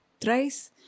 thrice